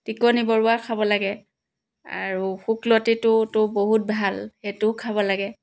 টিকনি বৰুৱা খাব লাগে আৰু শুকলতিটোতো বহুত ভাল সেইটো খাব লাগে